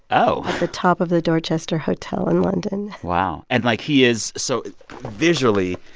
oh. the top of the dorchester hotel in london wow. and like, he is so visually,